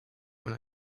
when